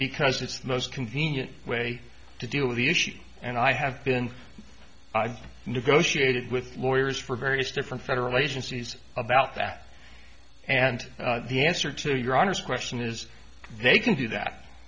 the most convenient way to deal with the issue and i have been negotiated with lawyers for various different federal agencies about that and the answer to your honor's question is they can do that